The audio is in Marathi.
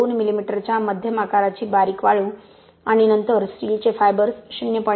2 मिमीच्या मध्यम आकाराची बारीक वाळू आणि नंतर स्टीलचे फायबर्स 0